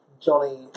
Johnny